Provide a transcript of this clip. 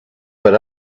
but